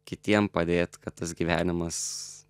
kitiem padėt kad tas gyvenimas